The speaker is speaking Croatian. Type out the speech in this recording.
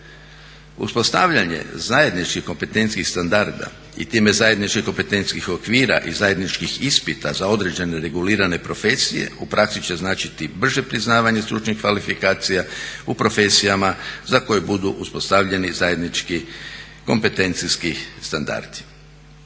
Uspostavljanje zajedničkih kompetencijskih standarda i time zajedničkih kompetencijskih okvira i zajedničkih ispita za određene regulirane profesije u praksi će značiti brže priznavanje stručnih kvalifikacija u profesijama za koje budu uspostavljeni zajednički kompetencijski standardi.